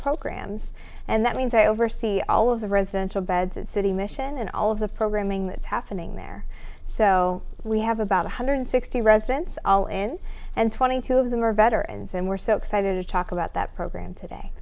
programs and that means i oversee all of the residential beds and city mission and all of the programming that's happening there so we have about one hundred sixty residents all in and twenty two of them are better and so and we're so excited to talk about that program today